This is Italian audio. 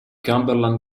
cumberland